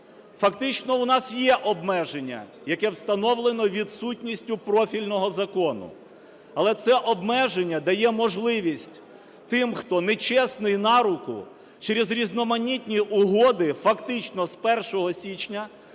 Фактично у нас є обмеження, яке встановлено відсутністю профільного закону. Але це обмеження дає можливість тим, хто нечесний на руку, через різноманітні угоди фактично з 1 січня